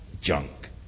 junk